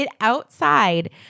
outside